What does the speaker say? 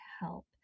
help